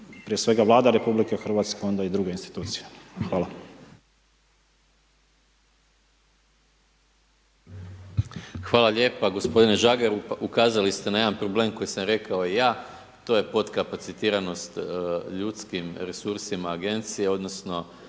nije uključen./… **Maras, Gordan (SDP)** Hvala lijepa. Gospodine Žagar ukazali ste na jedan problem koji sam rekao i ja to je podkapacitiranost ljudskim resursima agencije odnosno